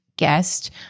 guest